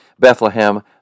Bethlehem